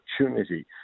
opportunity